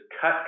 cut